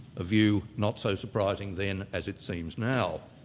a view not so surprising then as it seems now.